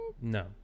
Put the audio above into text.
No